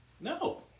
No